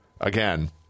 Again